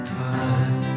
time